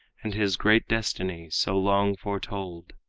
and his great destiny so long foretold?